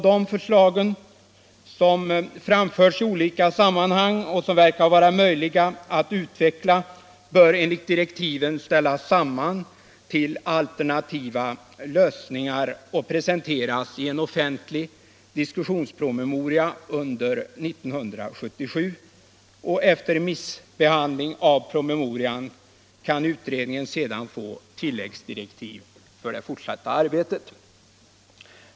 De förslag som framförs i olika sammanhang och som verkar vara möjliga att utveckla bör enligt direktiven ställas samman till alternativa lösningar och presenteras i en offentlig diskussionspromemoria under 1977. Efter remissbehandling av promemorian kan utredningen sedan få tilläggsdirektiv för det fortsatta arbetet.